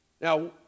Now